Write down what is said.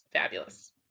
Fabulous